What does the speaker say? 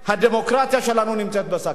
הדמוקרטיה שלנו נמצאת בסכנה.